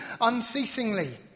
unceasingly